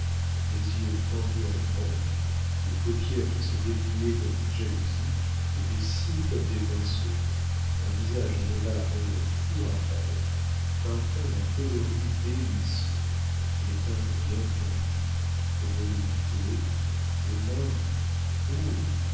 des yeux fendus en amande des paupières qui se dépliaient comme des jalousies et des cils comme des pinceaux un visage d'un ovale à rendre fou raphaël un teint d'un coloris délicieux les teintes bien fondues veloutées des mains